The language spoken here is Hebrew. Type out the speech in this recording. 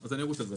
קיצוני.